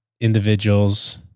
individuals